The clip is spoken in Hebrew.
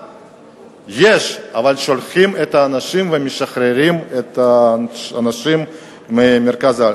אבל שולחים את האנשים ומשחררים את האנשים ממרכז הארץ.